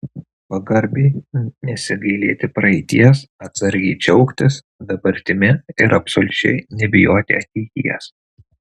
pagarbiai nesigailėti praeities atsargiai džiaugtis dabartimi ir absoliučiai nebijoti ateities